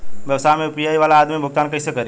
व्यवसाय में यू.पी.आई वाला आदमी भुगतान कइसे करीं?